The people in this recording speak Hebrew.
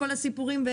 כל הסיפורים,